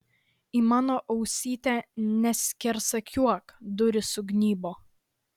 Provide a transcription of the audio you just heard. į mano ausytę neskersakiuok durys sugnybo